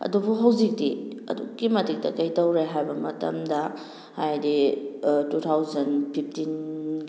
ꯑꯗꯨꯕꯨ ꯍꯧꯖꯤꯛꯇꯤ ꯑꯗꯨꯛꯀꯤ ꯃꯇꯤꯛꯇ ꯀꯩꯇꯧꯔꯦ ꯍꯥꯏꯕ ꯃꯇꯝꯗ ꯍꯥꯏꯗꯤ ꯇꯨ ꯊꯥꯎꯖꯟ ꯐꯤꯐꯇꯤꯟꯒꯤ